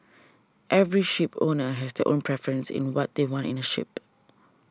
every shipowner has their own preference in what they want in a ship